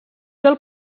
del